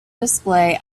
display